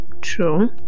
true